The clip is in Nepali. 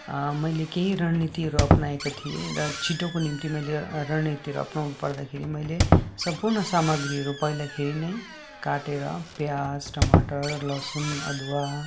मैले केही रणनीतिहरू अप्नाएको थिएँ र छिटोको निम्ति मैले रणनीतिहरू अप्नाउनु पर्दाखेरि मैले सम्पूर्ण सामग्रीहरू पहिलाखेरि नै काटेर प्याज टमाटर लसुन अदुवा